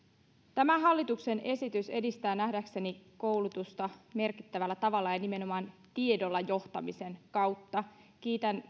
tämä hallituksen esitys edistää nähdäkseni koulutusta merkittävällä tavalla ja nimenomaan tiedolla johtamisen kautta kiitän